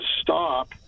stop